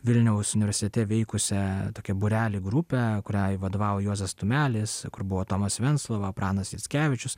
vilniaus universitete veikusią tokią būrelį grupę kuriai vadovavo juozas tumelis kur buvo tomas venclova pranas jackevičius